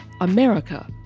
America